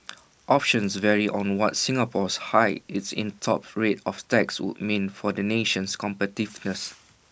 options vary on what Singapore's hike its in top rate of tax would mean for the nation's competitiveness